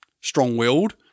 strong-willed